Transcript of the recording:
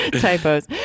Typos